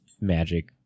magic